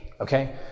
Okay